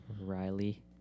Riley